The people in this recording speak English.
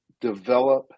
develop